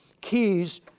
keys